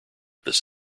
this